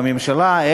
בממשלה,